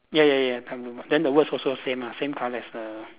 ya ya ya dark blue border then the words also same lah same colour as the